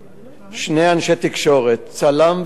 שני אנשי תקשורת, צלם וכתב.